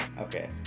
Okay